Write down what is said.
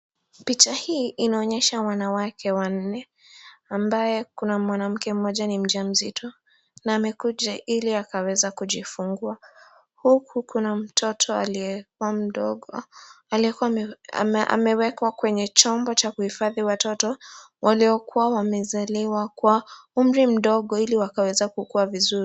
Picha hii inaonyesha wanawake wanne ambaye kuna mwanamke mmoja ni mjamzito na amekuja ili akaweza kujifungua huku kuna mtoto aliyekuwa mdogo aliyekuwa amewekwa kwenye chombo cha kuhifadhi watoto waliokuwa wamezaliwa kwa umri mdogo ili wakaweza kukua vizuri.